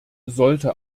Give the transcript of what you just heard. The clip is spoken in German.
sollte